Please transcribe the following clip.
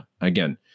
again